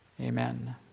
amen